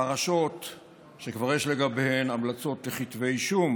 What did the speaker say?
פרשות שכבר יש לגביהן המלצות לכתבי אישום